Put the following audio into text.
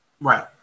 Right